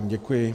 Děkuji.